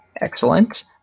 Excellent